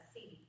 See